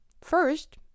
First